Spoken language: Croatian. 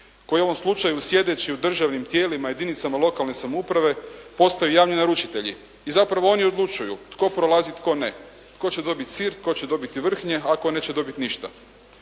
koji u ovom slučaju sjedeći u državnim tijelima i jedinicama lokalne samouprave postaju javni naručitelji i zapravo oni odlučuju tko prolazi tko ne, tko će dobiti sir, tko će dobiti vrhnje a tko neće dobiti ništa.